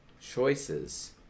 choices